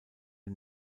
den